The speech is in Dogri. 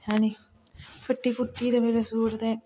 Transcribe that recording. फटी गेदे सूट ते